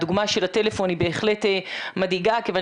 הדוגמא של הטלפון היא בהחלט מדאיגה כיוון